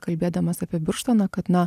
kalbėdamas apie birštoną kad na